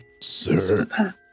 sir